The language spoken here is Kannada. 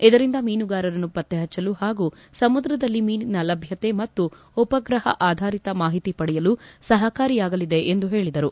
ಇದರಿಂದ ಮೀನುಗಾರರನ್ನು ಪತ್ತೆ ಹಚ್ಚಲು ಹಾಗೂ ಸಮುದ್ರದಲ್ಲಿ ಮೀನಿನ ಲಭ್ಯತೆ ಮತ್ತು ಉಪಗ್ರಹ ಆಧಾರಿತ ಮಾಹಿತಿ ಪಡೆಯಲು ಸಹಕಾರಿಯಾಗಲಿದೆ ಎಂದು ಹೇಳಿದರು